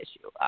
issue